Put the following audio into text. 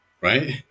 right